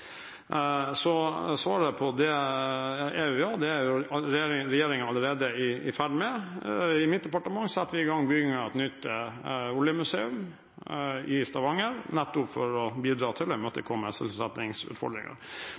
Så svaret på det er ja. Det er regjeringen allerede i gang med. I mitt departement setter vi i gang bygging av et nytt oljemuseum i Stavanger, nettopp for å bidra til å imøtekomme sysselsettingsutfordringene. Når det gjelder Statoil, har styret nylig kommunisert at de – med